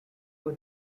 for